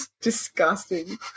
disgusting